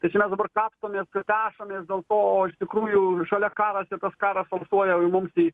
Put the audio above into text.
tai čia mes dabar kapstomės pešamės dėl to o iš tikrųjų šalia karas ir tas karas alsuoja mums į